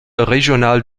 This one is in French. régional